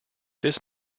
this